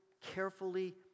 carefully